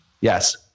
Yes